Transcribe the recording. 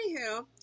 anywho